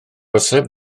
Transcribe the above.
orsaf